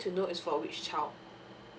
to know is for which child